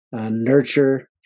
Nurture